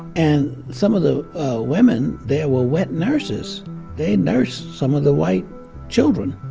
and some of the women there were wet nurses they nursed some of the white children.